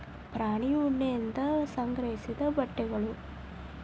ಪ್ರಾಣಿ ಉಣ್ಣಿಯಿಂದ ತಯಾರಿಸಿದ ಬಟ್ಟೆಗಳು